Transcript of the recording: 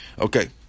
Okay